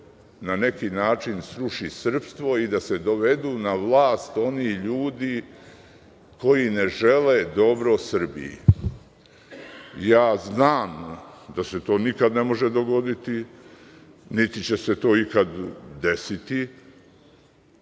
na neki način sruši srpstvo i da se dovedu na vlast oni ljudi koji ne žele dobro Srbiji. znam da se to nikad ne može dogoditi, niti će se to ikad desiti